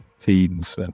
teens